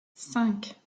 cinq